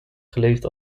geleefd